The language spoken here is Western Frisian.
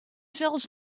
sels